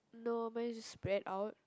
no mine is spread out